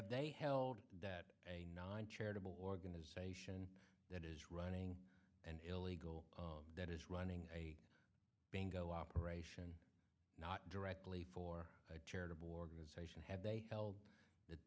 they held that a nine charitable organization that is running an illegal that is running a bang go operation not directly for a charitable organization had they held